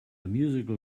musical